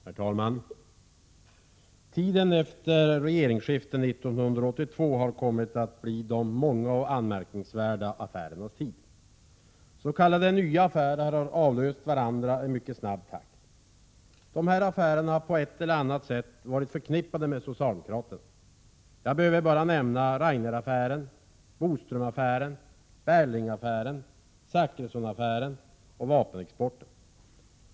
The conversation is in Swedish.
Herr talman! Tiden efter regeringsskiftet 1982 har kommit att bli de många och anmärkningsvärda affärernas tid. Nya ”affärer” har avlöst varandra i snabb takt. Dessa ”affärer” har på ett eller annat sätt varit förknippade med socialdemokraterna. Jag behöver bara nämna Rainer-affären, Bodströmaffären, Bergling-affären, Zachrisson-affären och vapenexporten.